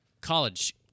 college